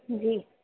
جی